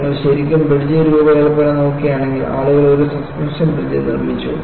നിങ്ങൾ ശരിക്കും ബ്രിഡ്ജ് രൂപകൽപ്പന നോക്കുകയാണെങ്കിൽ ആളുകൾ ഒരു സസ്പെൻഷൻ ബ്രിഡ്ജ് നിർമ്മിച്ചു